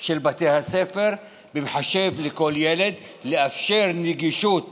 של בתי הספר ומחשב לכל ילד, לאפשר נגישות